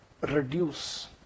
reduce